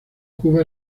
cuba